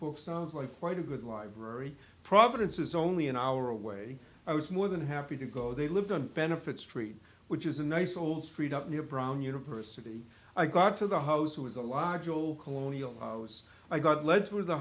books sounds like quite a good library providence is only an hour away i was more than happy to go they lived on benefits street which is a nice old street up near brown university i got to the house who is a logical colonial i got le